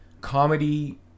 comedy